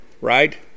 right